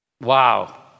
Wow